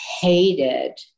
hated